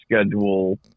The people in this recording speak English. schedule